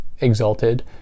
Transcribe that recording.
exalted